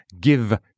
Give